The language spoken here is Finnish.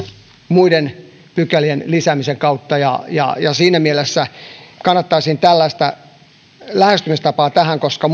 muiden pykälien lisäämisen kautta siinä mielessä kannattaisin tällaista lähestymistapaa tähän koska